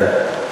כן.